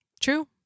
True